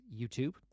YouTube